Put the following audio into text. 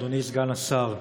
אדוני סגן השר,